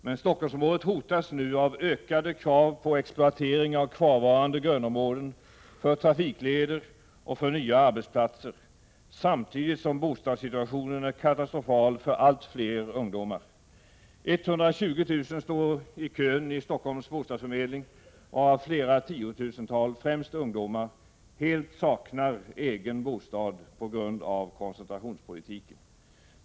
Men Stockholmsområdet hotas nu av ökade krav på exploatering av kvarvarande grönområden för trafikleder och för nya arbetsplatser samtidigt som bostadssituationen är katastrofal för allt fler ungdomar. 120 000 står i kön i Storstockholms bostadsförmedling, varav flera tiotusental, främst ungdomar, helt saknar egen bostad på grund av koncentrationspolitiken.